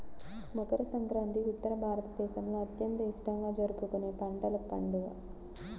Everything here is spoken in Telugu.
మకర సంక్రాంతి ఉత్తర భారతదేశంలో అత్యంత ఇష్టంగా జరుపుకునే పంటల పండుగ